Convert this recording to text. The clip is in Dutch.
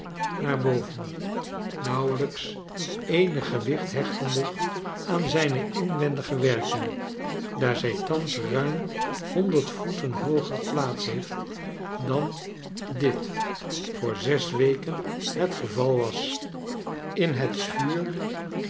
naar boven nauwelyks eenig gewicht hechtende aan zijne inwendige werking daar zij thans ruim honderd voeten hooger plaats heeft dan dit voor zes weken het geval was in het vuur